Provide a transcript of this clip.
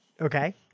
Okay